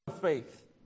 faith